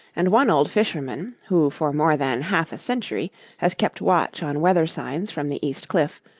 and one old fisherman, who for more than half a century has kept watch on weather signs from the east cliff,